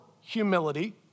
humility